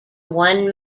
one